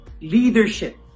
leadership